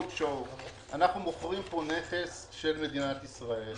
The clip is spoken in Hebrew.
אנחנו מוכרים פה נכס של מדינת ישראל.